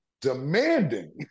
demanding